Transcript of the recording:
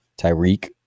Tyreek